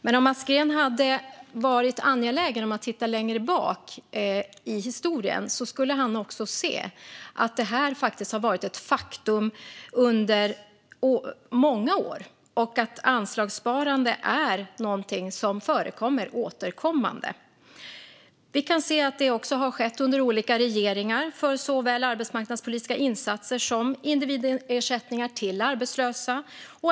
Men om Mats Green hade varit angelägen om att titta längre bak i historien hade han sett att detta har varit ett faktum under många år och att anslagssparande är någonting som förekommer återkommande. Vi kan också se att det har skett under olika regeringar, såväl för arbetsmarknadspolitiska insatser som för individersättningar till arbetslösa.